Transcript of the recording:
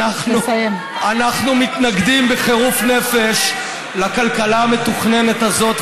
אנחנו מתנגדים בחירוף נפש לכלכלה המתוכננת הזאת,